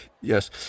Yes